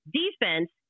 defense